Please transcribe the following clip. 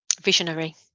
Visionary